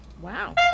wow